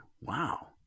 Wow